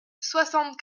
soixante